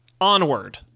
Onward